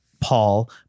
Paul